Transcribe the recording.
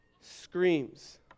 screams